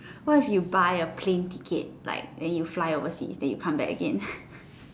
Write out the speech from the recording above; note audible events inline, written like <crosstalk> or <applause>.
what if you buy a plane ticket like then you fly oversea then you come back again <laughs>